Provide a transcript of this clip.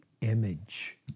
image